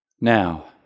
Now